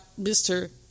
Mr